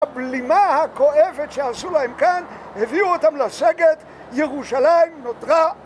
בבלימה הכואבת שעשו להם כאן, הביאו אותם לסגת ירושלים, נותרה...